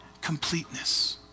completeness